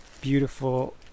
beautiful